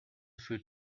fruit